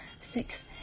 Six